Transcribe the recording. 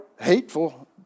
hateful